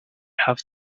have